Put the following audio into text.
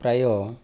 ପ୍ରାୟ